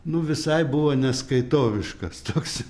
nu visai buvo neskaitoviškas toksai